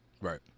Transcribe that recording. Right